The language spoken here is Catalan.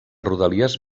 rodalies